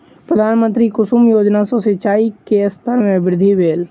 प्रधानमंत्री कुसुम योजना सॅ सिचाई के स्तर में वृद्धि भेल